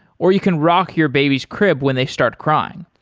or you can rock your baby's crib when they start crying.